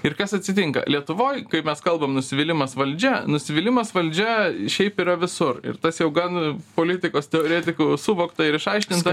ir kas atsitinka lietuvoj kai mes kalbam nusivylimas valdžia nusivylimas valdžia šiaip yra visur ir tas jau gan politikos teoretikų suvokta ir išaiškinta